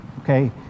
okay